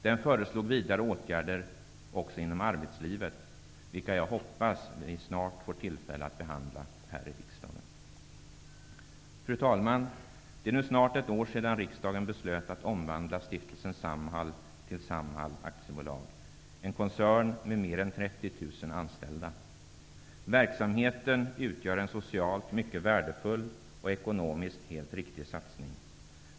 Det föreslogs vidare åtgärder också inom arbetslivet vilka jag hoppas att vi snart får tillfälle att behandla här i riksdagen. Fru talman! Det är nu snart ett år sedan riksdagen beslöt att omvandla stiftelsen Samhall till Samhall AB. Det är en koncern med mer än 30 000 anställda. Verksamheten utgör en socialt mycket värdefull och ekonomiskt helt riktig satsning.